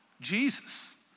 Jesus